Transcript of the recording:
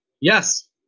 Yes